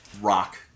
rock